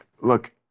look